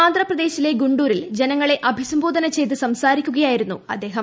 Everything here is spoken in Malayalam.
ആന്ധ്രപ്രദേശിലെ ഗുണ്ടൂരിൽ ജനങ്ങളെ അഭിസംബോധന ചെയ്തു സംസാരിക്കുകയായിരുന്നു അദ്ദേഹം